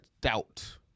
doubt